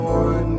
one